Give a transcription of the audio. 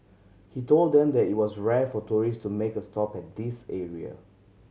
he told them that it was rare for tourist to make a stop at this area